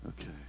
okay